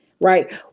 right